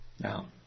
Now